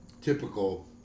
typical